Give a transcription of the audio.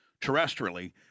terrestrially